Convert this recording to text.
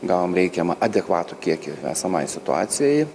gavom reikiamą adekvatų kiekį esamai situacijai